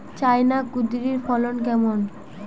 China কুঁদরীর ফলন কেমন?